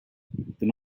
then